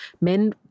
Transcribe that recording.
men